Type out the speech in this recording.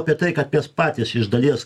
apie tai kad mes patys iš dalies